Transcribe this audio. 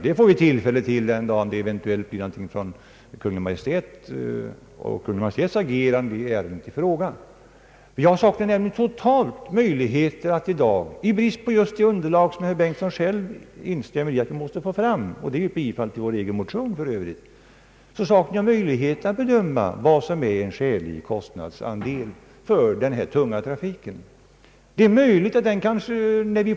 Det får vi tillfälle till den dag det kommer något förslag från Kungl. Maj:t. I brist på det underlag, som herr Bengtson instämmer i att vi måste få fram, saknar vi i dag totalt möjlighet att bedöma vad som är en skälig kostnadsandel för den tunga trafiken. Vår motion avser för övrigt att få fram detta material.